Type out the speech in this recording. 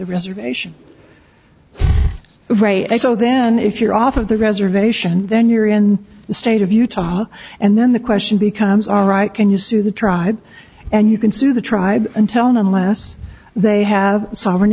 the reservation all right so then if you're off of the reservation then you're in the state of utah and then the question becomes all right can you sue the tribe and you can sue the tribe until now unless they have sovereign